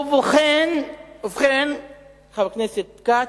ובכן, חבר הכנסת כץ,